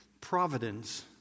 Providence